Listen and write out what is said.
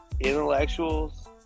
intellectuals